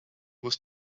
was